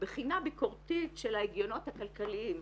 בחינה ביקורתית של ההגיונות הכלכליים,